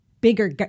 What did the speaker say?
bigger